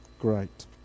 Great